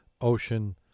ocean